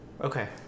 Okay